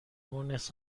مونس